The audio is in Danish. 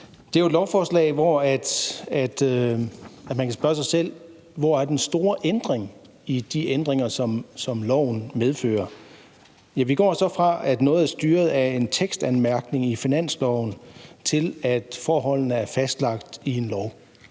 Det er jo et lovforslag, hvor man kan spørge sig selv, hvor den store ændring er i de ændringer, som loven medfører. Vi går så fra, at noget er styret af en tekstanmærkning i finansloven, til, at forholdene er fastlagt i en lov.